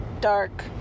Dark